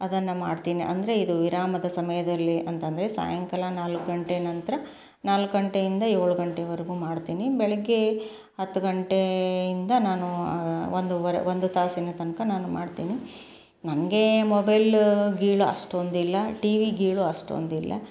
ಅದನ್ನು ಮಾಡ್ತೀನಿ ಅಂದರೆ ಇದು ವಿರಾಮದ ಸಮಯದಲ್ಲಿ ಅಂತಂದರೆ ಸಾಯಂಕಾಲ ನಾಲ್ಕು ಗಂಟೆ ನಂತರ ನಾಲ್ಕು ಗಂಟೆಯಿಂದ ಏಳು ಗಂಟೆವರೆಗೂ ಮಾಡ್ತೀನಿ ಬೆಳಗ್ಗೆ ಹತ್ತು ಗಂಟೆಯಿಂದ ನಾನು ಒಂದೂವರೆ ಒಂದು ತಾಸಿನ ತನಕ ನಾನು ಮಾಡ್ತೀನಿ ನನಗೆ ಮೊಬೈಲ ಗೀಳು ಅಷ್ಟೊಂದಿಲ್ಲ ಟಿವಿ ಗೀಳು ಅಷ್ಟೊಂದಿಲ್ಲ